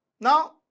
now